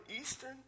Eastern